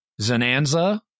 Zananza